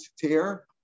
tear